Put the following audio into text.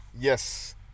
yes